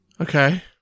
Okay